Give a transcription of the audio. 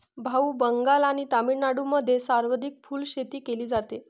भाऊ, बंगाल आणि तामिळनाडूमध्ये सर्वाधिक फुलशेती केली जाते